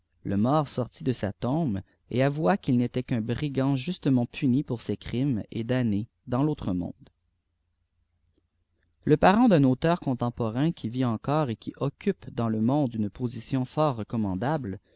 le mort sortit de sa tombe et avoua qu'il n'était qu'un brigand justement puni pour ses crimes et damné dans l'autre monde le parent d'un auteur contemporain qui vit encore et qui occupe dans le monde une position fort recommândable